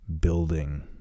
building